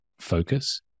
focus